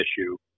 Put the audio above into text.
issue